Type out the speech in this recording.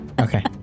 Okay